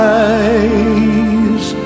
eyes